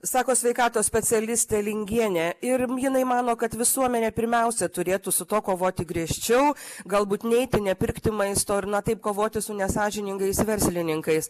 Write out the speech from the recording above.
sako sveikatos specialistė lingienė ir jinai mano kad visuomenė pirmiausia turėtų su tuo kovoti griežčiau galbūt neiti nepirkti maisto ir na taip kovoti su nesąžiningais verslininkais